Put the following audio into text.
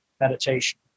meditation